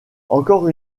encore